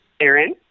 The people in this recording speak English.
Aaron